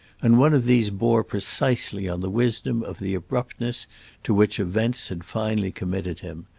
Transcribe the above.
and one of these bore precisely on the wisdom of the abruptness to which events had finally committed him,